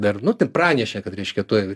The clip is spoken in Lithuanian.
dar nu ten pranešė kad reiškia tuoj